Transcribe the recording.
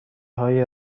های